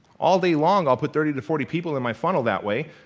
all day long i'll put thirty to forty people in my funnel that way,